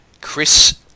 Chris